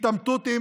התעמתות עם